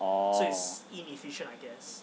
oh